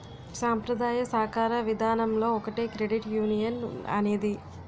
సాంప్రదాయ సాకార విధానంలో ఒకటే క్రెడిట్ యునియన్ అనేది